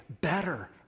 better